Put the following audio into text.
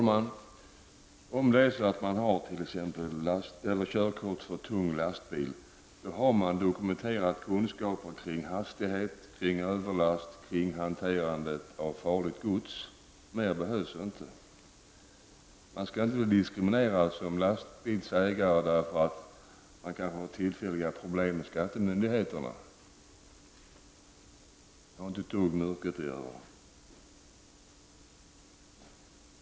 Herr talman! Om man har t.ex. körkort för tung lastbil då har man dokumenterade kunskaper om hastighet, om överlast och hantering av farligt gods. Mer behövs inte. Man skall inte behöva bli diskriminerad som lastbilsägare därför att man kanske har tillfälliga problem med skattemyndigheterna. De har inte ett dugg med yrket att göra.